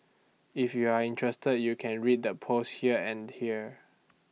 if you're interested you can read the posts here and here